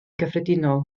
gyffredinol